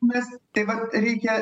mes tai vat reikia